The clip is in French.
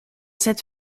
cette